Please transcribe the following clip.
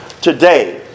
today